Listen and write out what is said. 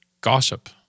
gossip